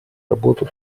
работу